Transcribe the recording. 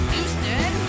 Houston